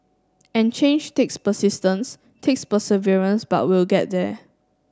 and change takes persistence takes perseverance but we'll get there